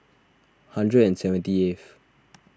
hundred and seventy eight